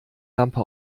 lampe